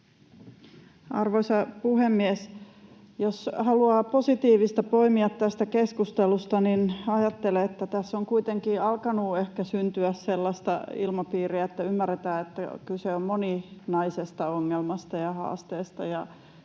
Arvoisa puhemies! Jos haluaa positiivista poimia tästä keskustelusta, niin ajattelen, että tässä on kuitenkin alkanut ehkä syntyä sellaista ilmapiiriä, että ymmärretään, että kyse on moninaisesta ongelmasta ja haasteesta